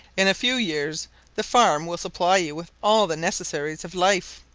in a few years the farm will supply you with all the necessaries of life,